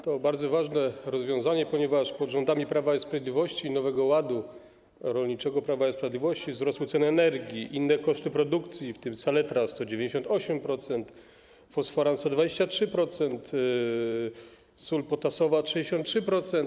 To bardzo ważne rozwiązanie, ponieważ pod rządami Prawa i Sprawiedliwości i Nowego Ładu rolniczego Prawa i Sprawiedliwości wzrosły ceny energii, inne są koszty produkcji, w tym saletra zdrożała o 198%, fosforan o 123%, sól potasowa o 63%.